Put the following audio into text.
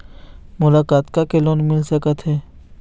मोला कतका के लोन मिल सकत हे?